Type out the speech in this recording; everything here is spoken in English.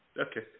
Okay